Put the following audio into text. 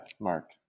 Mark